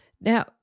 Now